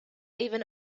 even